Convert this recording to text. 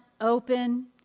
open